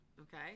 Okay